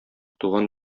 туган